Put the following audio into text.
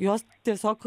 jos tiesiog